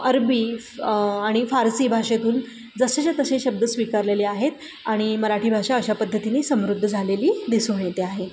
अरबी आणि फारसी भाषेतून जसेच्या तसे शब्द स्वीकारलेले आहेत आणि मराठी भाषा अशा पद्धतीने समृद्ध झालेली दिसून येते आहे